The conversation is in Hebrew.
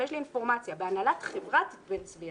אבל יש לי אינפורמציה: בהנהלת חברת בן-צבי,